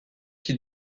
qui